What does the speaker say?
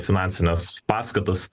finansinės paskatos